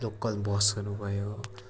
local बसहरू भयो